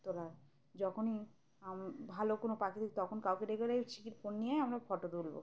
তোলার যখনই ভালো কোনো প্রাকৃতিক তখন কাউকে ডেকে সেল ফোন নিয়ে আমরা ফটো তুলবো